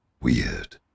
weird